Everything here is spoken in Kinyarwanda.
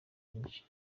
byinshi